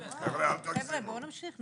חבר'ה, אל תגזימו.